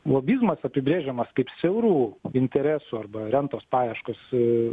lobizmas apibrėžiamas kaip siaurų interesų arba rentos paieškos